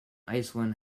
iceland